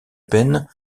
peine